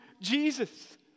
Jesus